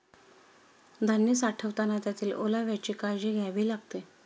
धान्य साठवताना त्यातील ओलाव्याची काळजी घ्यावी लागते